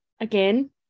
again